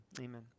Amen